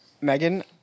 Megan